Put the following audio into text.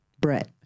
Brett